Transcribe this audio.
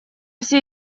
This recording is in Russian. все